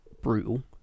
Brutal